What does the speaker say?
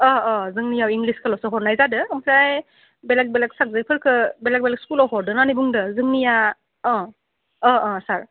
अ अ जोंनियाव इंलिसखौल'सो हरनाय जादों ओमफ्राय बेलेक बेलेक साबजेक्टफोरखौ बेलेक बेलेक स्कुलाव हरदों होननानै बुंदों जोंनिया अ अ अ सार